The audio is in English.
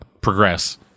progress